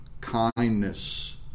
kindness